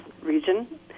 region